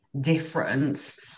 difference